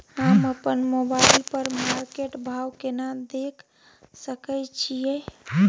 हम अपन मोबाइल पर मार्केट भाव केना देख सकै छिये?